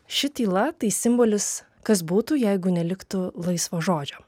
ši tyla tai simbolis kas būtų jeigu neliktų laisvo žodžio